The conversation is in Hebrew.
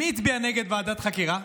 מי הצביע נגד ועדת חקירה?